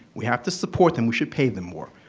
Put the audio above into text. we have to support them we should pay them more.